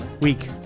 week